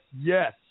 yes